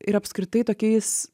ir apskritai tokiais